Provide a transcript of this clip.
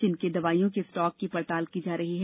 जिनके दवाइयों के स्टॉक की पड़ताल की जा रही है